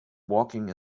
walking